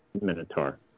minotaur